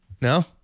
No